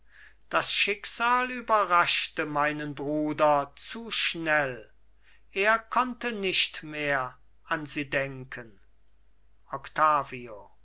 das schicksal überraschte meinen bruder zu schnell er konnte nicht mehr an sie denken octavio